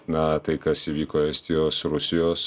na tai kas įvyko estijos rusijos